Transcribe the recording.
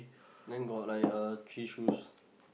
then got like uh three shoes